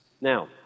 Now